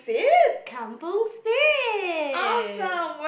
Kampung Spirit